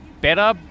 better